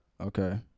Okay